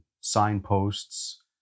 signposts